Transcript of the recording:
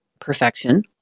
perfection